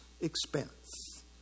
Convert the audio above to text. expense